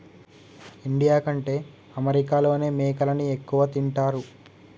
India కంటే అమెరికాలోనే మేకలని ఎక్కువ తింటారు